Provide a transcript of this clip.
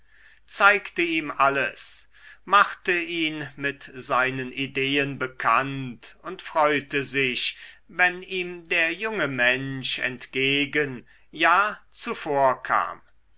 zeigte ihm alles machte ihn mit seinen ideen bekannt und freute sich wenn ihm der junge mensch entgegen ja zuvorkam